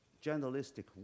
journalistic